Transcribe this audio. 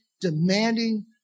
Demanding